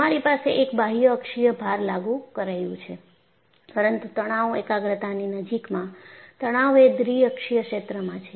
તમારી પાસે એક બાહ્ય અક્ષીય ભાર લાગુ કરાયું છે પરંતુ તણાવ એકાગ્રતાની નજીકમાંતણાવ એ દ્વિ અક્ષીય ક્ષેત્રમાં છે